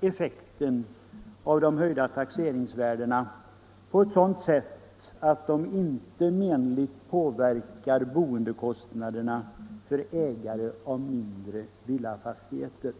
effekten av de höjda taxeringsvärdena genom de här justeringarna mildras på ett sådant sätt att höjningarna inte väsentligt påverkar boendekostnaderna för ägare av mindre villafastigheter.